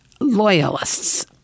loyalists